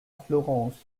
florence